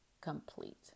complete